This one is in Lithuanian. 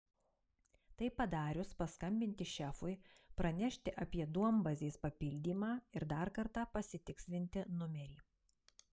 tai padarius paskambinti šefui pranešti apie duombazės papildymą ir dar kartą pasitikslinti numerį